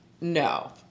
No